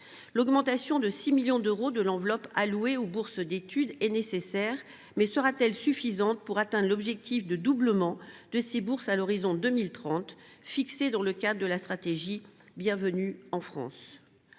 L’augmentation de 6 millions d’euros de l’enveloppe allouée aux bourses d’études est nécessaire, mais sera t elle suffisante pour atteindre l’objectif de doublement de ces bourses à l’horizon de 2030, fixé dans le cadre de la stratégie Bienvenue en France ?